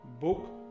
book